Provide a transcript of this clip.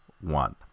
one